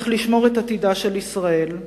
איך לשמור את עתידה של ישראל.